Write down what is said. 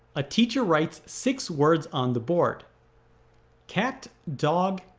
a teacher writes six words on the board cat, dog,